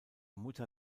mutter